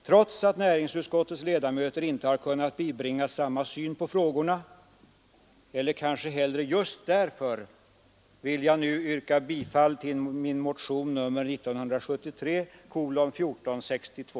Trots att näringsutskottets ledamöter inte har kunnat bibringas samma syn på frågorna — eller kanske hellre just därför — vill jag nu yrka bifall till min motion nr 1462.